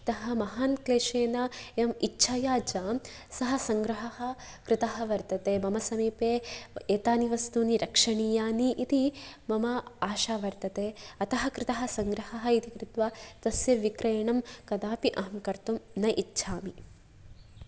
यतः महान् क्लेशेन एवम् इच्छया च सः संग्रहः कृतः वर्तते मम समीपे एतानि वस्तूनि रक्षणीयानि इति मम आशा वर्तते अतः कृतः संग्रहः इति कृत्वा तस्य विक्रयणं कदापि अहं कर्तुं न इच्छामि